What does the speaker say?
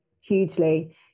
hugely